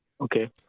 Okay